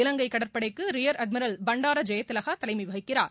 இவங்கை கடற்படைக்கு rear admiral Bandara Jayathilaka தலைமை வகிக்கிறார்